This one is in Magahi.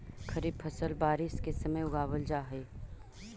खरीफ फसल बारिश के समय उगावल जा हइ